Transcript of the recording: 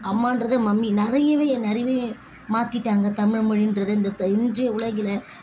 அம்மான்றது mummy நிறையவே நிறையவே மாத்திவிட்டாங்க தமிழ்மொழின்றதை இந்த இன்றைய உலகில்